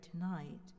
tonight